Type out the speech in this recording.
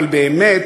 אבל באמת,